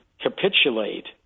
capitulate